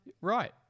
right